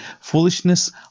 foolishness